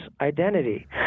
identity